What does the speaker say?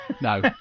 No